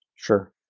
sure.